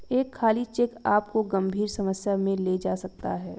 एक खाली चेक आपको गंभीर समस्या में ले जा सकता है